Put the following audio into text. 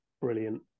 brilliant